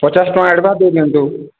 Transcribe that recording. ପଚାଶ ଟଙ୍କା ଆଡ଼ଭାନ୍ସ ଦେଇ ଦିଅନ୍ତୁ